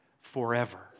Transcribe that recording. forever